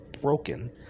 broken